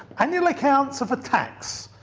annual accounts are for tax.